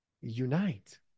unite